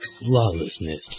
Lawlessness